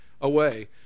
away